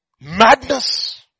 Madness